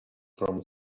from